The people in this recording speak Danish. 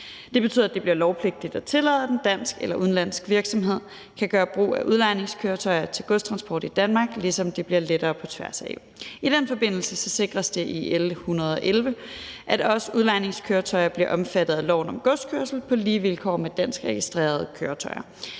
Det betyder, at det bliver lovpligtigt at tillade, at en dansk eller udenlandsk virksomhed kan gøre brug af udlejningskøretøjer til godstransport i Danmark, ligesom det bliver lettere på tværs af EU. I den forbindelse sikres det med L 111, at også udlejningskøretøjer bliver omfattet af loven om godskørsel på lige vilkår med dansk registrerede køretøjer.